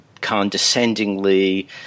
condescendingly